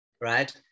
right